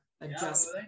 adjust